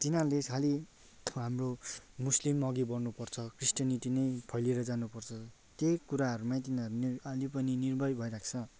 तिनीहरूले खालि हाम्रो मुस्लिम अघि बढ्नु पर्छ क्रिस्टनिटी नै फैलिएर जानु पर्छ त्यही कुराहरूमै तिनीहरू अहले पनि निर्भर भइरहेको छ